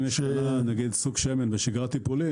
אם השתנה סוג השמן בשגרת טיפולים